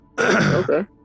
okay